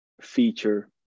feature